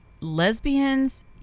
lesbians